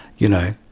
you know,